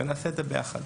ונעשה את זה ביחד.